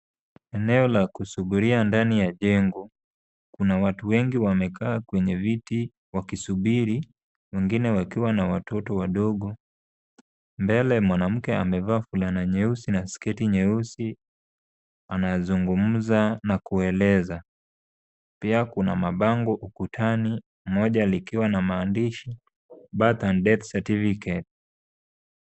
Eneo la kusubiria ndani ya jengo, kuna watu wengi wamekaa kwenye viti wakisubiri, wengine wakiwa na watoto wadogo. Mbele kuna mwanamke amevaa fulana nyeusi na sketi nyeusi. Anazungumza na kueleza. Pia kuna mabango ukutani, moja likiwa na maandishi birth and death certificate .